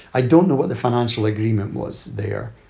i don't know what the financial agreement was there,